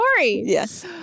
yes